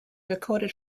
recorded